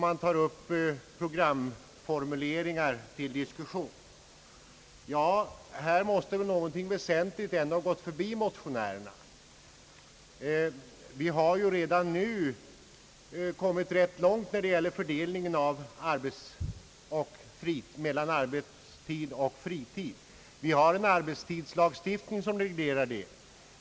Man tar upp programformuleringar till diskussion. Här måste väl ändå något väsentligt ha gått förbi motionärerna. Vi har redan nu kommit rätt långt när det gäller fördelningen mellan arbetstid och fritid, vi har en arbetstidslagstiftning som reglerar den saken.